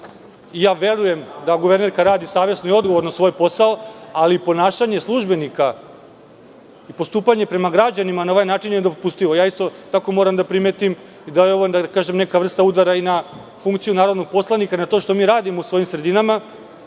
Verujem da guvernerka radi savesno i odgovorno svoj posao, ali ponašanje službenika i postupanje prema građanima na ovaj način je nedopustivo. Isto tako moram da primetim da je ovo neka vrsta udara i da funkciju narodnog poslanika, na to što mi radimo u svojim sredinama,